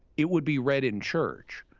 it would be read in church.